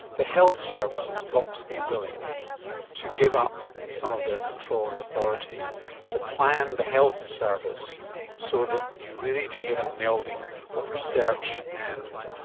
the health service has got to be willing to give up some of their control and authority to plan the health service so that you really do get a melding of research and